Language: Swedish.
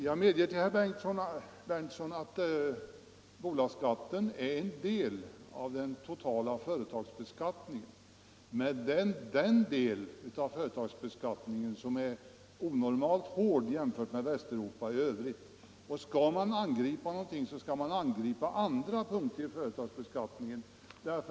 Jag medger, herr Berndtson, att bolagsskatten är en del av den totala företagsbeskattningen, men det är den del av företagsbeskattningen som är onormalt hård jämfört med Västeuropa i övrigt. Skall man angripa någonting är det andra punkter i företagsbeskattningen.